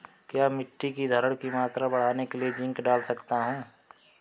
क्या मिट्टी की धरण की मात्रा बढ़ाने के लिए जिंक डाल सकता हूँ?